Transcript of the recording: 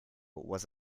was